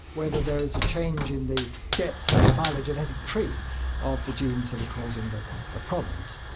whether there is a change in the depth on the phylogenetic tree of the genes that are causing the the problems.